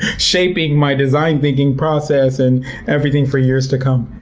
shaping my design thinking process and everything for years to come.